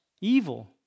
evil